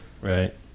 right